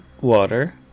water